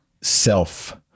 self